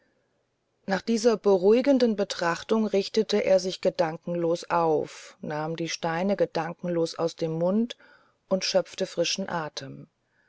nach dieser beruhigenden betrachtung richtete er sich gedankenlos auf nahm die steine gedankenlos aus dem munde und schöpfte frischen atem